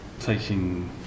Taking